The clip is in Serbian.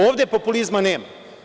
Ovde populizma nema.